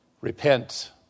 repent